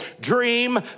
dream